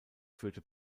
führte